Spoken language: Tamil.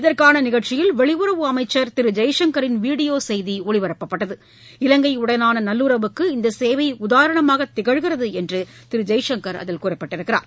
இதற்னன நிகழ்ச்சியில் வெளியுறவு அமைச்சர் திரு ஜெய்சங்கரின் வீடியோ செய்தி ஒளிபரப்பப்பட்டது இலங்கையுடனான நல்லுறவுக்கு இந்த சேவை உதாரணமாக திகழ்கிறது என்று திரு ஜெய்சங்கர் அதில் குறிப்பிட்டார்